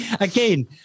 Again